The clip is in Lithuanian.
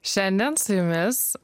šiandien su jumis